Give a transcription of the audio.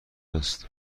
است